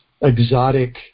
exotic